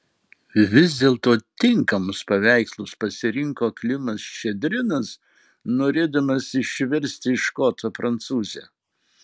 vis dėlto tinkamus paveikslus pasirinko klimas ščedrinas norėdamas išversti iš koto prancūzę